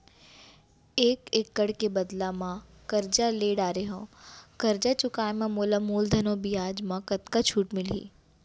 एक एक्कड़ के बदला म करजा ले डारे हव, करजा चुकाए म मोला मूलधन अऊ बियाज म कतका छूट मिलही?